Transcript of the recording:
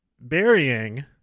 burying